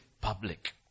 public